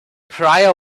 priya